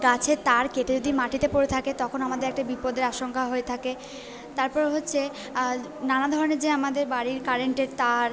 গাছের তার কেটে যদি মাটিতে পড়ে থাকে তখন আমাদের একটা বিপদের আশঙ্কা হয়ে থাকে তারপর হচ্ছে নানা ধরণের যে আমাদের বাড়ির কারেন্টের তার